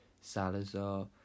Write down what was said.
Salazar